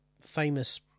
famous